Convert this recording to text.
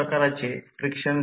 हे प्रत्यक्षात 0